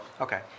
Okay